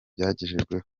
bagejejweho